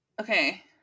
okay